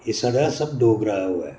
एह् सारा सब डोगरा ओह् ऐ